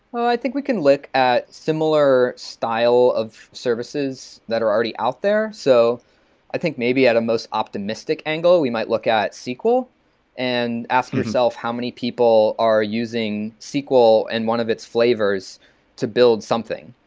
i think we can look at similar style of services that are already out there. so i think maybe at a most optimistic angle we might look at sql and ask yourself how many people are using sql and one of its flavors to build something.